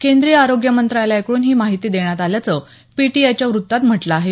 केंद्रीय आरोग्य मंत्रालयाकडून ही माहिती देण्यात आल्याचं पीटीआयच्या वृत्तात म्हटलं आहे